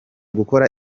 gukora